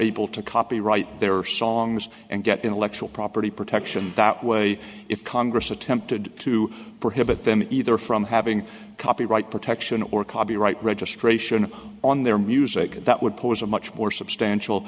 able to copyright there are songs and get intellectual property protection that way if congress attempted to prohibit them either from having copyright protection or copyright registration on their music that would pose a much more substantial